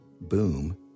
boom